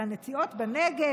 על הנטיעות בנגב,